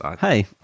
Hey